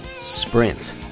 sprint